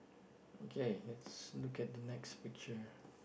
okay let's look at the next picture